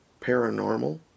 paranormal